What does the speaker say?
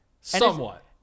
Somewhat